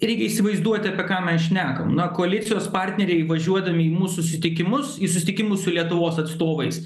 reikia įsivaizduoti apie ką mes šnekam na koalicijos partneriai važiuodami į mūsų sutikimus į sustikimus su lietuvos atstovais